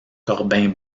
corbin